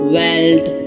wealth